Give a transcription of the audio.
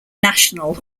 national